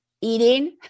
eating